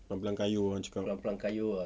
pelan-pelan kayuh ah cakap